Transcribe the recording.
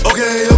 Okay